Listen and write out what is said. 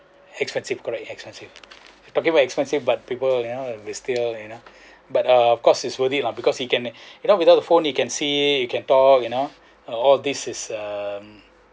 expensive correct expensive talking about expensive but people you know we still you know but uh cause it's worth it lah because we can you know without a phone you can see you can talk you know all this is um